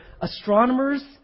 astronomers